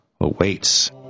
awaits